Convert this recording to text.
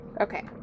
Okay